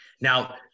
Now